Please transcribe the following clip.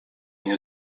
nie